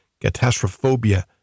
catastrophobia